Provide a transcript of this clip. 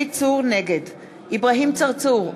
נגד אברהים צרצור,